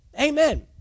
Amen